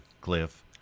Cliff